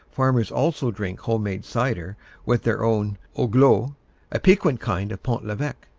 farmers also drink homemade cider with their own augelot, a piquant kind of pont l'eveque.